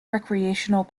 recreational